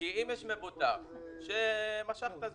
אם יש מבוטח שמשך את הזמן.